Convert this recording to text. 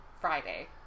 Friday